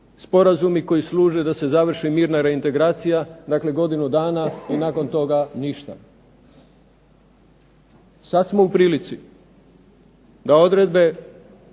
sporazumi koji služe da se završi mirna reintegracija, dakle godinu dana i nakon toga ništa. Sad smo u prilici da odredbe